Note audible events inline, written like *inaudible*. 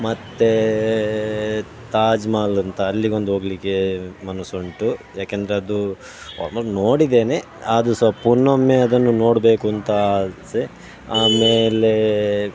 ಮತ್ತು ತಾಜ್ಮಹಲ್ ಅಂತ ಅಲ್ಲಿಗೊಂದು ಹೋಗ್ಲಿಕ್ಕೆ ಮನಸ್ಸುಂಟು ಏಕೆಂದ್ರೆ ಅದು *unintelligible* ನೋಡಿದ್ದೇನೆ ಆದ್ರೂ ಸಹ ಪುನಃ ಒಮ್ಮೆ ಅದನ್ನು ನೋಡಬೇಕು ಅಂತ ಆಸೆ ಆಮೇಲೆ